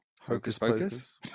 hocus-pocus